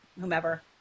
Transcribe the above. whomever